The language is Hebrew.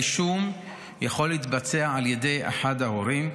הרישום יכול להתבצע על ידי אחד ההורים.